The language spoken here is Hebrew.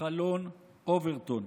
חלון אוברטון.